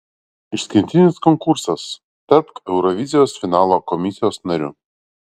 išskirtinis konkursas tapk eurovizijos finalo komisijos nariu